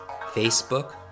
Facebook